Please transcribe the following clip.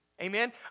Amen